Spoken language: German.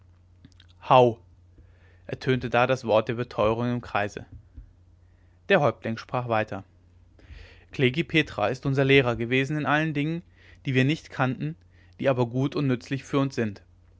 howgh ertönte das wort der beteurung im kreise der häuptling sprach weiter klekih petra ist unser lehrer gewesen in allen dingen die wir nicht kannten die aber gut und nützlich für uns sind